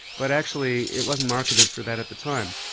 but actually it wasn't marketed for that at the time.